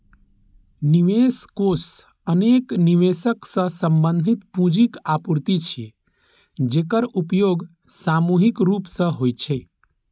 निवेश कोष अनेक निवेशक सं संबंधित पूंजीक आपूर्ति छियै, जेकर उपयोग सामूहिक रूप सं होइ छै